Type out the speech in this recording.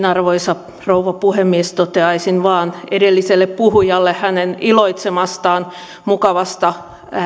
arvoisa rouva puhemies toteaisin vain edelliselle puhujalle hänen iloitsemastaan mukavasta